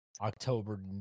October